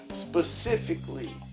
specifically